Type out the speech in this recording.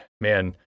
man